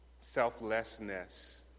selflessness